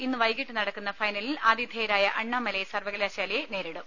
ഇന്ന് വൈകിട്ട് നടകുന്ന് ഫൈനലിൽ ആതിഥേയരായ അണ്ണാമലൈ സർവകലാശാലയെ നേരിടും